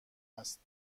است